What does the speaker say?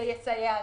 זה יסייע לנו.